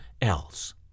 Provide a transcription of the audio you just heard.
else